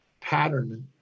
pattern